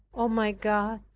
o my god,